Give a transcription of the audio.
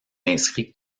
inscrits